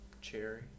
Cherry